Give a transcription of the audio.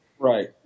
Right